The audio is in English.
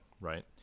right